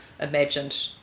imagined